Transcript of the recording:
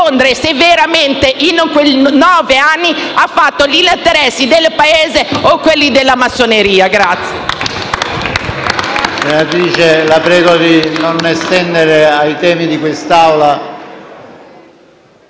se veramente in quei nove anni ha fatto gli interessi del Paese o quelli della massoneria.